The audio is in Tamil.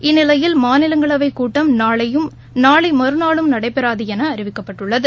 இந்நிலையில் மாநிலங்களவைக் கூட்டம் நாளையும் நாளை மறுநாளும் நடைபெறாது என அறிவிக்கப்பட்டுள்ளது